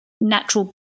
natural